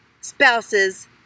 spouse's